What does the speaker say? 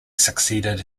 succeeded